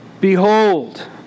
Behold